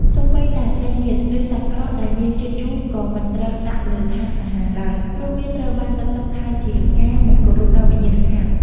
សូម្បីតែត្រីងៀត ឬសាច់ក្រកដែលមានជាតិជូរក៏មិនត្រូវដាក់លើថាសអាហារឡើយ ព្រោះវាត្រូវបានចាត់ទុកថាជាការមិនគោរពដល់វិញ្ញាណក្ខន្ធ។